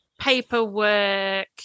paperwork